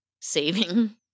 saving